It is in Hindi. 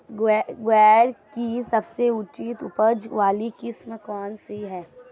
ग्वार की सबसे उच्च उपज वाली किस्म कौनसी है?